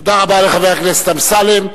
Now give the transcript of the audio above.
תודה רבה לחבר הכנסת אמסלם.